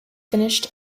finished